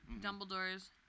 Dumbledore's